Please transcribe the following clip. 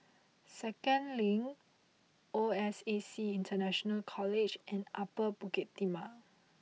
Second Link O S A C International College and Upper Bukit Timah